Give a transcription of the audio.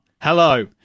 Hello